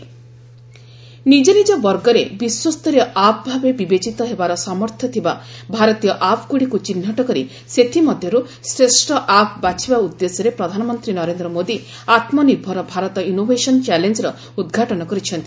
ଆତ୍କନିର୍ଭର ଭାରତ ନିଜ ନିଜ ବର୍ଗରେ ବିଶ୍ୱସ୍ତରୀୟ ଆପ୍ ଭାବେ ବିବେଚିତ ହେବାର ସାମର୍ଥ୍ୟ ଥିବା ଭାରତୀୟ ଆପ୍ଗୁଡ଼ିକୁ ଚିହ୍ନଟ କରି ସେଥିମଧ୍ୟରୁ ଶ୍ରେଷ୍ଠ ଆପ୍ ବାଛିବା ଉଦ୍ଦେଶ୍ୟରେ ପ୍ରଧାନମନ୍ତ୍ରୀ ନରେନ୍ଦ୍ର ମୋଦୀ ଆତ୍ମନିର୍ଭର ଭାରତ ଇନୋଭେସନ୍ ଚ୍ୟାଲେଞ୍ଜ ର ଉଦ୍ଘାଟନ କରିଛନ୍ତି